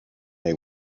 they